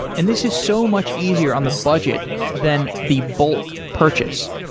and this is so much easier on the budget than the bulk purchase.